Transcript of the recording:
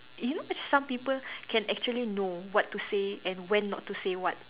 you know some people can actually know what to say and when not to say what